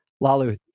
Lalu